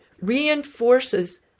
reinforces